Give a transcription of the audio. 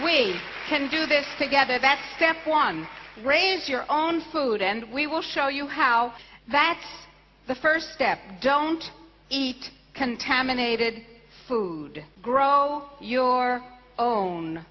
can do this together best step one raise your own food and we will show you how that's the first step don't eat contaminated food grow your own